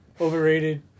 Overrated